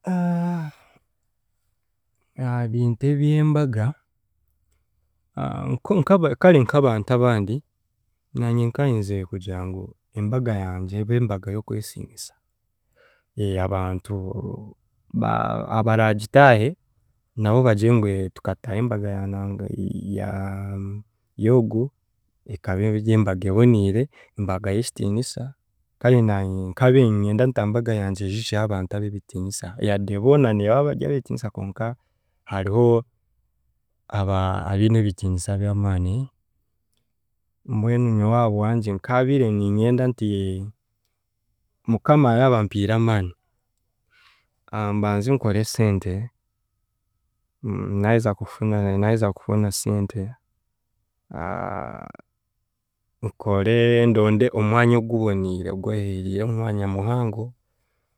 Ebintu eby'embaga nka kare nk'abantu abandi, naanye nkayenzire kugira ngu embaga yangye ebe embaga y’okwesiimisa abantu ba- abaragitaahe nabo bagire ngu tukataaha embaga yaanga ya- y’ogu ekaba ery'embaga ebonirie, embaga y'ekitiinisa kandi naanye nkaabiire niinyenda nti aha mbaga yangye hiijeho abantu ab'ebitiinisa yade boona nibabarye ab'ebitiinisa konka hariho aba abiine ebitiniisa by'amaani, mbwenu nyowe aha bwangye, nkabiire niinyenda nti mukama yaaba ampire amaani, mbanze nkore sente naaheza kufuna naaheza kufuna sente nkore ndonde omwanya oguboniire ogweherire omwanya muhango